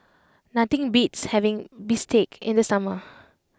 nothing beats having Bistake in the summer